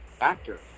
actor